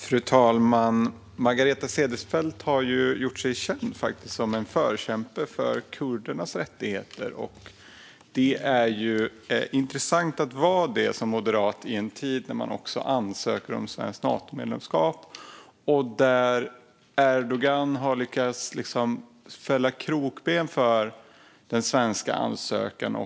Fru talman! Margareta Cederfelt har gjort sig känd som en förkämpe för kurdernas rättigheter. Det är intressant att vara det som moderat i en tid när man ansöker om svenskt Natomedlemskap och Erdogan har lyckats sätta krokben för den svenska ansökan.